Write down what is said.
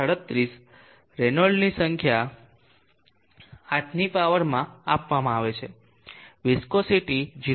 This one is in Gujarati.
37 રેનોલ્ડ્સની સંખ્યા 8 ની પાવરમાં આપવામાં આવે છે અને વિસ્કોસીટી 0